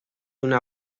una